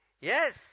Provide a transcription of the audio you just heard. Yes